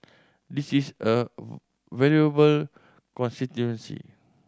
this is a valuable constituency